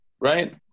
right